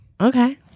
Okay